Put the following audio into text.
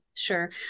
sure